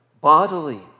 bodily